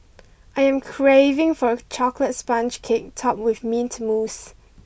I am craving for a chocolate sponge cake topped with mint mousse